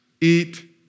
eat